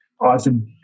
Awesome